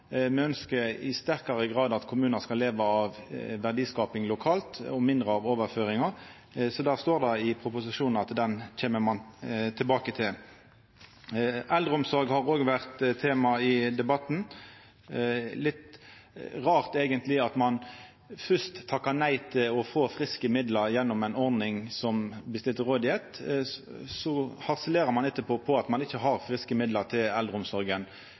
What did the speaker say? Me ønskjer i sterkare grad at kommunar skal leva av verdiskaping lokalt og mindre av overføringar, så det står i proposisjonen at dette kjem me tilbake til. Eldreomsorg har òg vore tema i debatten. Det er eigentleg litt rart at ein først takkar nei til å få friske midlar gjennom ei ordning som blir stilt til rådvelde, og så harselerer ein etterpå over at ein ikkje har friske midlar til eldreomsorga.